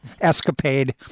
escapade